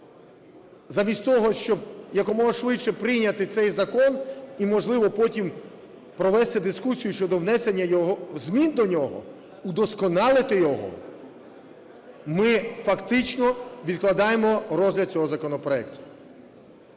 замість того щоб якомога швидше прийняти цей закон і, можливо, потім провести дискусію щодо внесення змін до нього, вдосконалити його, ми фактично відкладаємо розгляд цього законопроекту.